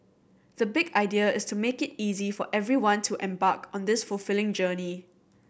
the big idea is to make it easy for everyone to embark on this fulfilling journey